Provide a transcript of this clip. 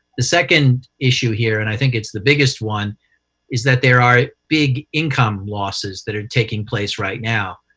the second issue here and i think it's the biggest one is that there are big big income losses that are taking place right now.